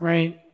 Right